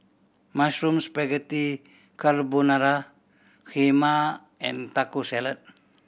Mushroom Spaghetti Carbonara Kheema and Taco Salad